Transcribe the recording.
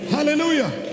Hallelujah